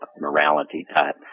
morality-type